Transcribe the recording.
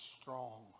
strong